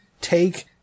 take